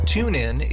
TuneIn